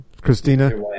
Christina